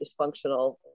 dysfunctional